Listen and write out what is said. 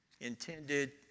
intended